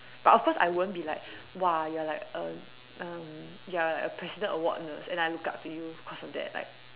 but of course I won't be like !wah! you are like a um you are like a president award nurse and I look up to you because of that like